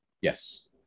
Yes